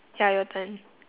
ya your turn